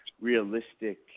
realistic